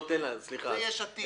זה יש עתיד.